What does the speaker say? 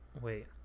wait